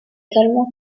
également